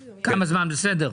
בסדר.